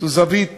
זו זווית